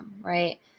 Right